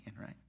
right